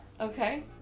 Okay